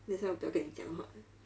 that's why 我不要跟你讲话